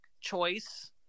choice